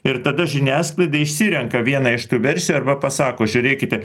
ir tada žiniasklaida išsirenka vieną iš tų versijų arba pasako žiūrėkite